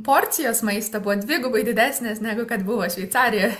porcijos maisto buvo dvigubai didesnės negu kad buvo šveicarijoj